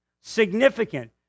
Significant